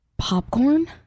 popcorn